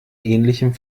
ähnlichem